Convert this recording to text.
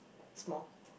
small